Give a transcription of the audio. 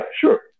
sure